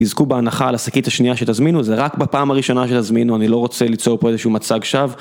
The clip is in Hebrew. יזכו בהנחה על השקית השנייה שתזמינו, זה רק בפעם הראשונה שתזמינו, אני לא רוצה ליצור פה איזשהו מצג שווא.